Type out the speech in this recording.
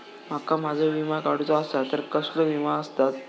माका माझो विमा काडुचो असा तर कसलो विमा आस्ता?